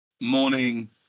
morning